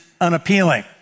unappealing